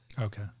Okay